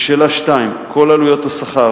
2. כל עלויות השכר,